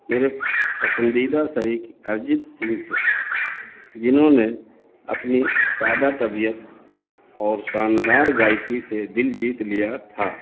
میرے پسندیدہ شریک ارجیت سنگھ تھے جنہوں نے اپنی سادہ طبیعت اور شاندار گائیکی سے دل جیت لیا تھا